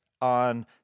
on